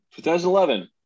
2011